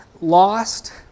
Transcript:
lost